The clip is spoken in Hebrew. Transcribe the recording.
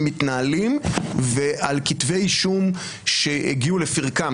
מתנהלים ועל כתבי אישום שהגיעו לפרקם,